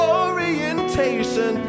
orientation